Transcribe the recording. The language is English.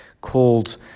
called